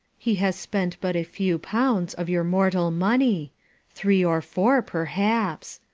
he has spent but a few pounds of your mortal money three or four perhaps.